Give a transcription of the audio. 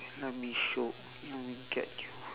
let me show let me get you